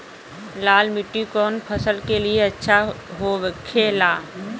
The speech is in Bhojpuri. लाल मिट्टी कौन फसल के लिए अच्छा होखे ला?